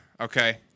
Okay